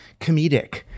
comedic